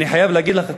ואני חייב להגיד לך,